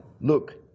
look